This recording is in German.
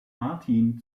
martin